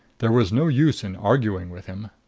there was no use in arguing with him.